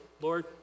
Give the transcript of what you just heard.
Lord